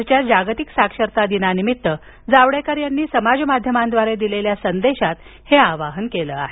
आजच्या जागतिक साक्षरता दिनानिमित्त जावडेकर यांनी समाज माध्यमाद्वारे दिलेल्या संदेशात हे आवाहन केलं आहे